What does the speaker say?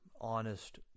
honest